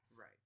Right